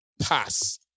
pass